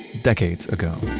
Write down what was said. decades ago.